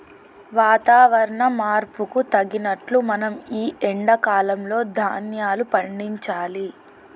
వాతవరణ మార్పుకు తగినట్లు మనం ఈ ఎండా కాలం లో ధ్యాన్యాలు పండించాలి